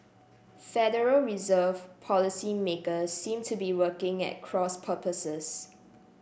Federal Reserve policymakers seem to be working at cross purposes